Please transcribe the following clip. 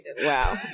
Wow